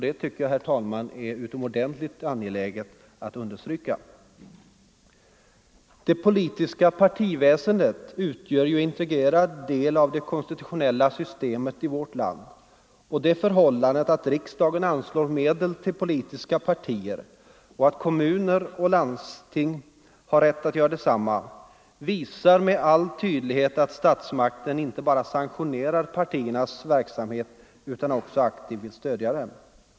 Det tycker jag, herr talman, är utomordentligt angeläget att understryka. Det politiska partiväsendet utgör ju en integrerad del av det konstitutionella systemet i vårt land. Att riksdagen anslår medel till politiska partier, och att kommuner och landsting har rätt att göra detsamma, visar med all tydlighet att statsmakterna inte bara sanktionerar partiernas verksamhet utan också aktivt vill stödja dem.